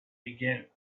began